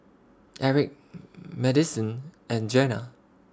Erik Madisyn and Jena